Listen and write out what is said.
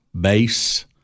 base